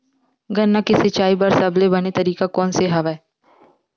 गन्ना के सिंचाई बर सबले बने तरीका कोन से हवय?